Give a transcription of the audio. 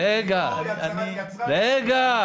ולא "הצהרת יצרן".